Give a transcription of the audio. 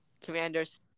Commanders